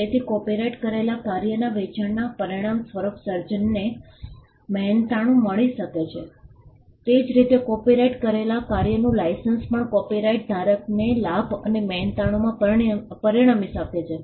તેથી કોપિરાઇટ કરેલા કાર્યના વેચાણના પરિણામ સ્વરૂપ સર્જકને મહેનતાણું મળી શકે છે તે જ રીતે કોપિરાઇટ કરેલા કાર્યનું લાઇસન્સ પણ કોપિરાઇટ ધારકને લાભ અથવા મહેનતાણુંમાં પરિણમી શકે છે